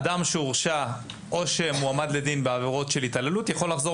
לא רצוי אדם שהורשע או שמועמד לדין בעבירה של התעללות כלפי חסר